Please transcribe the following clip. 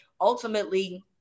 ultimately